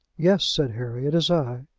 yes, said harry, it is i.